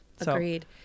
agreed